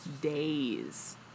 days